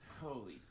Holy